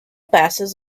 passes